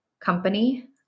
company